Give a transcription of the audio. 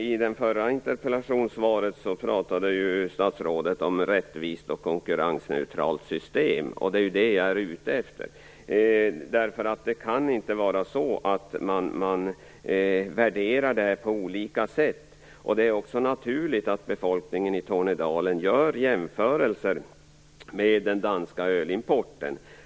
I det förra interpellationssvaret pratade ju statsrådet om ett rättvist och konkurrensneutralt system. Det är det jag ute efter. Det kan inte vara så att man värderar det här på olika sätt. Det är naturligt att befolkningen i Tornedalen gör jämförelser med den danska ölimporten.